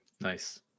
Nice